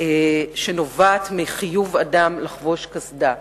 שנובעת מחיוב אדם לחבוש קסדה.